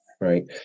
Right